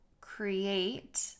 create